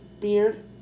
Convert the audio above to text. beard